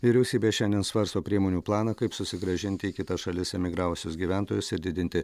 vyriausybė šiandien svarsto priemonių planą kaip susigrąžinti į kitas šalis emigravusius gyventojus ir didinti